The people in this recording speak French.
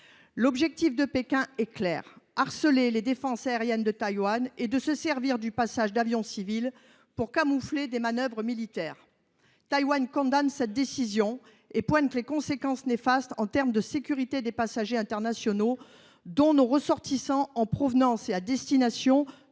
L’objectif de Pékin est clair : harceler les défenses aériennes de Taïwan et se servir du passage d’avions civils pour camoufler des manœuvres militaires. Taïwan condamne cette décision et pointe les conséquences néfastes en termes de sécurité des passagers internationaux, dont nos ressortissants, en provenance et à destination